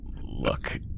Look